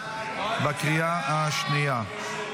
בקריאה השנייה.